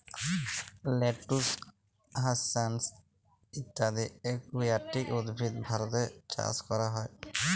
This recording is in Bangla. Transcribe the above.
লেটুস, হ্যাসান্থ ইত্যদি একুয়াটিক উদ্ভিদ ভারতে চাস ক্যরা হ্যয়ে